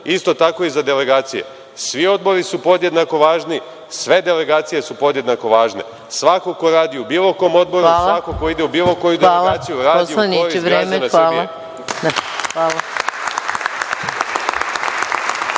isto tako i za delegacije. Svi odbori su podjednako važni, sve delegacije su podjednako važne. Svako ko radi u bilo kom odboru, svako ko ide u bilo koju delegaciju radi u korist građana Srbije.